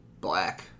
Black